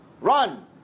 Run